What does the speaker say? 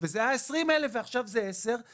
הסכום היה 20 אלף ועכשיו הוא 10,000 שקלים.